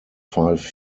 five